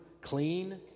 clean